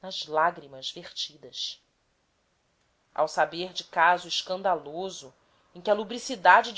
nas lágrimas vertidas ao saber de caso escandaloso em que a lubricidade